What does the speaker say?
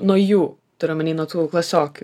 nuo jų turiu omeny nuo tų klasiokių